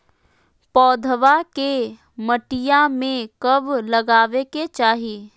पौधवा के मटिया में कब लगाबे के चाही?